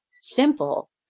simple